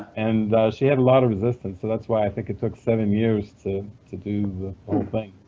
and she had a lot of resistance, so that's why i think it took seven years to to do the whole thing.